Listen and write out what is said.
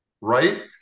right